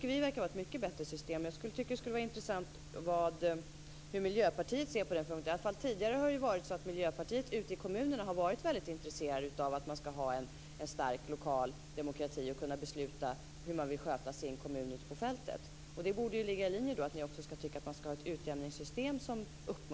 Det anser vi vara ett bättre system. Det skulle vara intressant att få veta hur Miljöpartiet ser på detta. Tidigare har Miljöpartiet i kommunerna varit intresserat av att ha en stark lokal demokrati och kunna besluta hur kommunen skall skötas på fältet. Det borde ligga i linje med Miljöpartiets uppfattning om ett utjämningssystem.